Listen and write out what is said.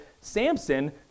Samson